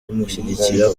kumushyigikira